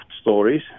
stories